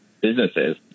businesses